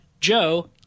Joe